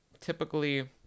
typically